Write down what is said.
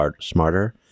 smarter